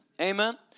Amen